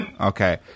Okay